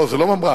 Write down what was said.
לא, זה לא ממר"מ.